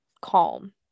calm